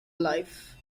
life